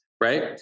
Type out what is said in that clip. Right